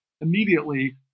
immediately